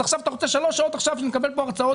אתה רוצה שעכשיו במשך שלוש שעות נשמע פה הרצאות?